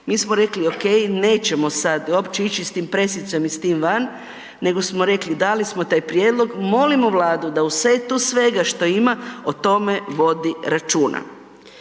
mi smo rekli ok, nećemo sada uopće ići s tom pressicom i s tim van nego smo rekli dali smo taj prijedlog molimo Vladu da u setu svega što ima o tome vodi računa.